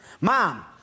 Mom